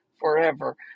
forever